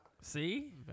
See